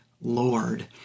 Lord